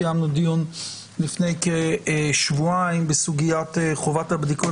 קיימנו דיון לפני כשבועיים בסוגיית חובת הבדיקות